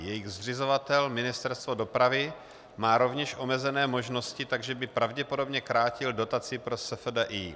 Jejich zřizovatel Ministerstvo dopravy má rovněž omezené možnosti, takže by pravděpodobně krátil dotaci SFDI.